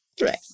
right